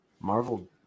Marvel